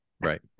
right